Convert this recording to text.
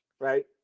right